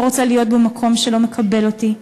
לא רוצה להיות במקום שלא מקבל אותי,